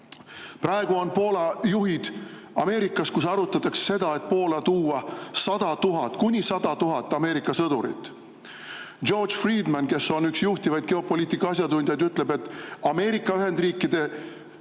Praegu on Poola juhid Ameerikas, kus arutatakse seda, et tuua Poola kuni 100 000 Ameerika sõdurit. George Friedman, kes on üks juhtivaid geopoliitika asjatundjaid, ütleb, et Ameerika Ühendriikide